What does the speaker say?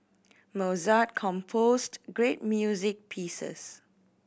Mozart composed great music pieces